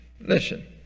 Listen